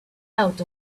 out